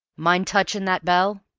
mind touching that bell?